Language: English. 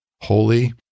Holy